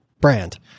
brand